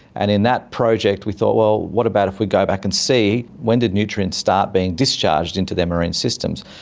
and in that project we thought, well, what about if we go back and see when did nutrients start being discharged into their marine systems.